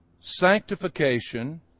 sanctification